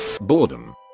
Boredom